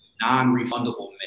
non-refundable